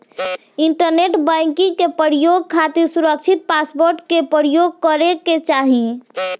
internet banking के प्रयोग खातिर सुरकछित पासवर्ड के परयोग करे के चाही